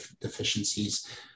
deficiencies